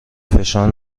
فشار